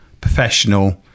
professional